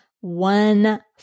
one